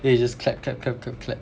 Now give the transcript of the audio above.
then you just clap clap clap clap clap